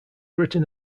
written